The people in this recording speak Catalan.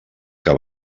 que